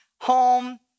home